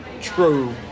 true